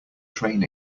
train